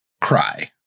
cry